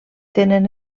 tenen